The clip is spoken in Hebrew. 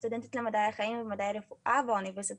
אני סטודנטית למדעי החיים ומדעי הרפואה באוניברסיטת